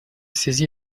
связи